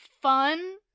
fun